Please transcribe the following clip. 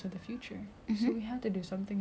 instead of just following through